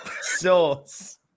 Sauce